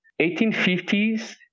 1850s